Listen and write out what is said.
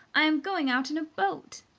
i am going out in a boat!